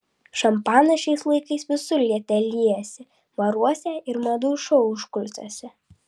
šampanas šiais laikais visur liete liejasi baruose ir madų šou užkulisiuose